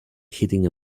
hitting